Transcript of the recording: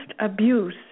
abuse